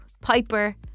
Piper